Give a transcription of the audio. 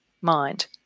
mind